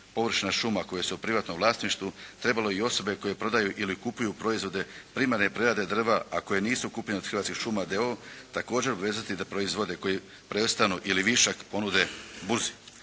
površina šuma koje su u privatnom vlasništvu, trebala i osobe koje prodaju ili kupuju proizvode primarne prerade drva, a koje nisu kupljene od Hrvatskih šuma d.o.o., također vezati da proizvode koje prestanu ili višak ponude burzi.